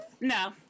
No